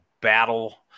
battle